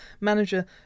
manager